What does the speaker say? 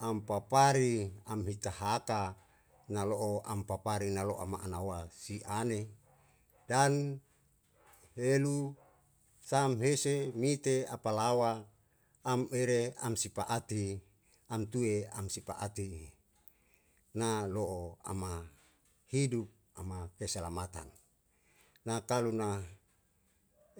am papari am hita hata na lo'o am papari na lo'o am ma'anawa si ane dan helu sam hese mite apalawa am ire am sipaati am tue am sipaati na lo'o ama hidup ama keselamatan na talu na